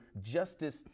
justice